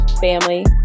family